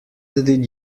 did